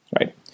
right